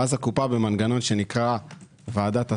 ואז הקופה במנגנון שנקרא ועדת הסל,